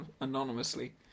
anonymously